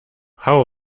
hau